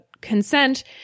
consent